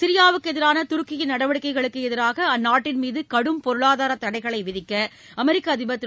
சிரியாவுக்கு எதிரான துருக்கியின் நடவடிக்கைகளுக்கு எதிரான அந்நாட்டின்மீது கடும் பொருளாதார தடைகளை விதிக்க அமெரிக்க அதிபர் திரு